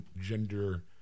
gender